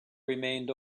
remained